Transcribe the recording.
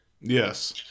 Yes